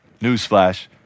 newsflash